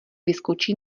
vyskočí